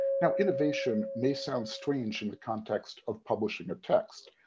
now innovation may sound strange in the context of publishing a text,